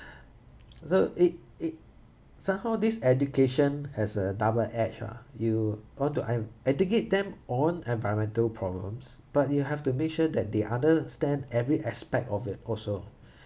so it it somehow this education has a double edge ah you want to educate them on environmental problems but you have to make sure that they understand every aspect of it also